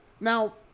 now